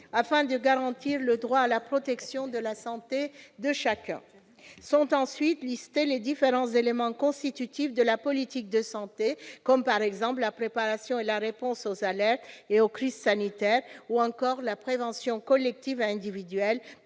afin de garantir le droit à la protection de la santé de chacun. » Sont ensuite énumérés les différents éléments constitutifs de la politique de santé, comme la préparation et la réponse aux alertes et aux crises sanitaires, ou encore la prévention collective et individuelle,